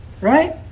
Right